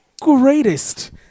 greatest